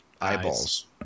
eyeballs